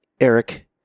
Eric